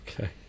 Okay